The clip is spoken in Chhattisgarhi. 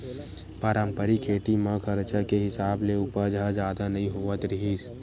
पारंपरिक खेती म खरचा के हिसाब ले उपज ह जादा नइ होवत रिहिस